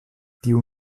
tiu